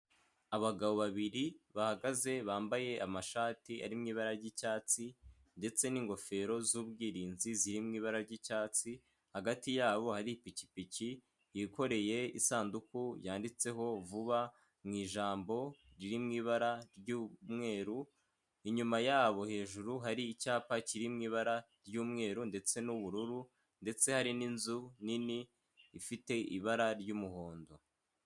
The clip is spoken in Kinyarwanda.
Abagabo babiri bahagaze bambaye amashati ari mu ibara ry'icyatsi ndetse n'ingofero z'ubwirinzi ziri mu ibara ry'icyatsi, hagati yabo hari ipikipiki yikoreye isanduku yanditseho vuba mu ijambo riri mu ibara ry'umweru, inyuma yabo hejuru hari icyapa kiri mu ibara ry'umweru ndetse n'ubururu ndetse hari n'inzu nini ifite ibara ry'umuhondo.